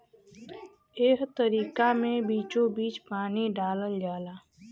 एह तरीका मे बीचोबीच पानी डालल जाला